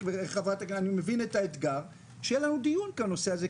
אני מבין את האתגר שיהיה לנו דיון בנושא הזה,